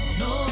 no